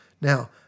Now